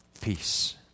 Peace